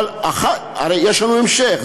אבל הרי יש לנו המשך.